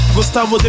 Gustavo